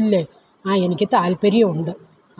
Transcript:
ഇല്ലേ ആ എനിക്ക് താല്പ്പര്യമുണ്ട്